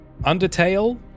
Undertale